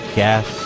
gas